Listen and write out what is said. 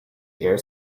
ear